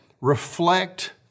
reflect